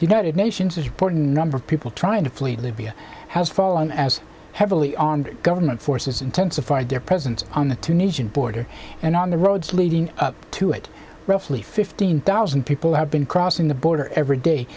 as united nations important number of people trying to flee libya has fallen as heavily armored government forces intensified their presence on the tunisian border and on the roads leading up to it roughly fifteen thousand people have been crossing the border every day